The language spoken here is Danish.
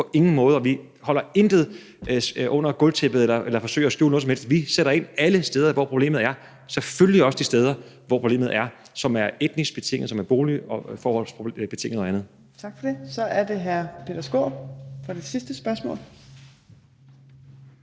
vi skjuler intet under gulvtæppet eller forsøger at skjule noget som helst. Vi sætter ind alle steder, hvor problemet er, selvfølgelig også de steder, hvor problemet er etnisk betinget, boligmæssigt betinget og andet. Kl. 15:50 Fjerde næstformand (Trine Torp): Tak for det. Så er det hr. Peter Skaarup for det sidste spørgsmål.